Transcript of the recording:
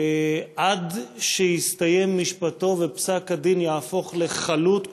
עד שיסתיים משפטו ופסק-הדין יהפוך לחלוט,